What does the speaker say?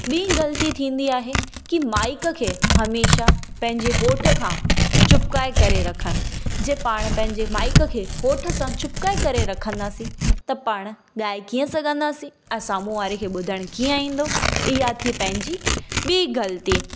ॿीं ग़लिती थींदी आहे की माईक खे हमेशह पंहिंजे होठ खां चुपिकाए करे रखण जे पाण पंहिंजे माईक खे होठ सां चुपिकाए करे रखंदासीं त पाण ॻाए कीअं सघंदासीं ऐं साम्हूं वारे खे ॿूधण कीअं ईंदो इहा थी पंहिंजी ॿी ग़लिती